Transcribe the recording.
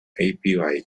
api